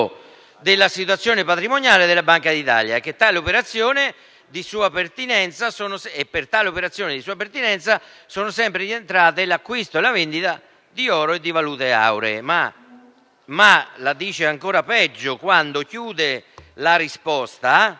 all'attivo della situazione patrimoniale della Banca d'Italia e che tra le operazioni di sua pertinenza sono sempre rientrate l'acquisto e la vendita di oro e di valute auree». Ma la dice ancora peggio, quando chiude la risposta: